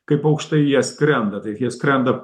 kaip aukštai jie skrenda tai jie skrenda